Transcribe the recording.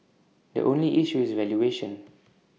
the only issue is valuation